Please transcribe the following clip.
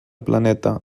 planeta